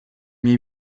miei